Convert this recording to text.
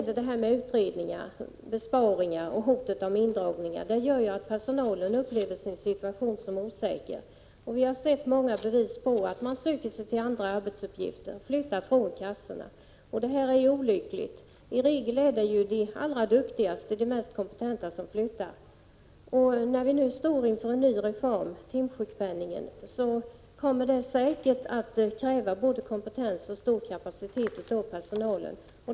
Detta med utredningar, besparingar och hot om indragning gör att personalen upplever sin situation som osäker. Vi har sett många bevis på att man söker sig till andra arbetsuppgifter — flyttar från kassorna. Det är olyckligt. I regel är det de allra duktigaste och mest kompetenta som flyttar. När vi nu står inför en ny reform, timsjukpenningen, kommer det säkert att krävas både kompetens och stor kapacitet hos personalen.